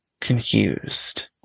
confused